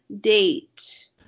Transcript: date